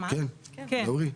כן שאלי.